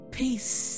peace